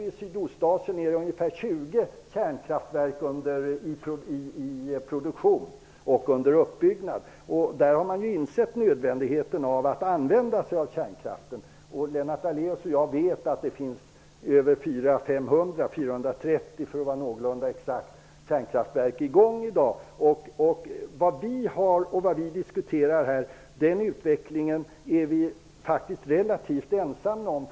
I Sydostasien är ungefär 20 kärnkraftverk i produktion och under uppbyggnad. Där har man insett nödvändigheten av att använda kärnkraften. Lennart Daléus och jag vet att det finns 430 kärnkraftverk i gång i dag, för att vara någorlunda exakt. Den utveckling vi diskuterar här i dag är vi faktiskt relativt ensamma om.